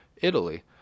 Italy